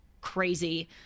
crazy